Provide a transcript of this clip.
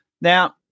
Now